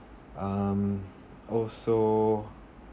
um also